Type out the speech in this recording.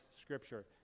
Scripture